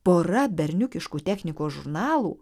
pora berniukiškų technikos žurnalų